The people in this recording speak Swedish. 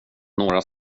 några